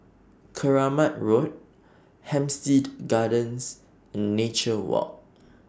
Keramat Road Hampstead Gardens and Nature Walk